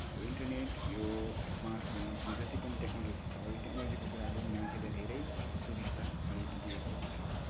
यो इन्टरनेट यो smart phones यो जत्ति पनि टेक्नोलोजी छ यो टेक्नोलोजीको कुराले मान्छेलाई धेरै सुबिस्ता दिए दिएको छ